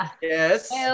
Yes